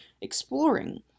exploring